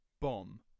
bomb